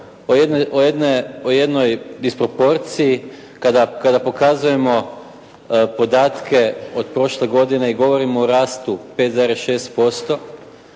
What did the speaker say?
o jednoj disproporciji kada pokazujemo podatke od prošle godine i govorimo o rastu 5,6%.